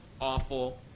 awful